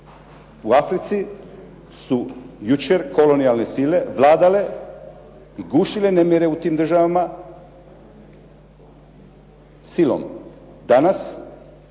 U Africi su jučer kolonijalne sile vladale i gušile nemire u tim državama silom. Danas